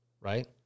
right